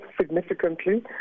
significantly